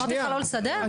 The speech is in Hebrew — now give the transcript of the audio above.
אמרתי לכם לא לסדר?